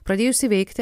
pradėjusi veikti